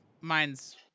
mine's